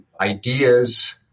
ideas